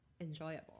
enjoyable